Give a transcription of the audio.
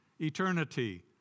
eternity